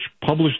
published